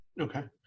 Okay